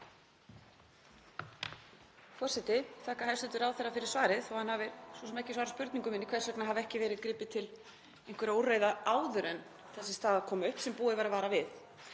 Forseti. Ég þakka hæstv. ráðherra fyrir svarið þó að hann hafi svo sem ekki svarað spurningu minni um hvers vegna hafi ekki verið gripið til einhverra úrræða áður en þessi staða kom upp sem búið var að vara við.